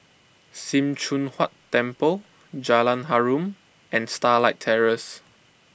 Sim Choon Huat Temple Jalan Harum and Starlight Terrace